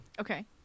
Okay